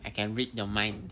I can read your mind